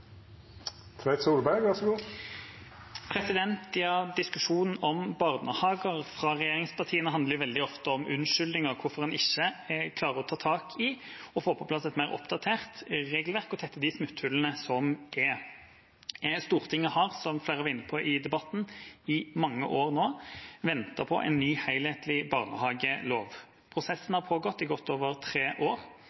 hvorfor en ikke klarer å ta tak i og få på plass et mer oppdatert regelverk og tette de smutthullene som er. Stortinget har, som flere har vært inne på i debatten, i mange år ventet på en ny, helhetlig barnehagelov. Prosessen